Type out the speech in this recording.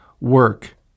work